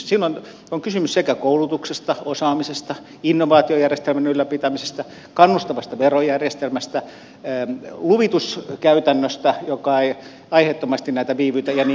silloin on kysymys koulutuksesta osaamisesta innovaatiojärjestelmän ylläpitämisestä kannustavasta verojärjestelmästä luvituskäytännöstä joka ei aiheettomasti näitä viivytä ja niin edelleen ja niin edelleen